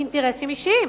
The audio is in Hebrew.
מאינטרסים אישיים.